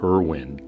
Irwin